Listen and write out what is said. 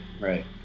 Right